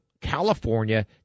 California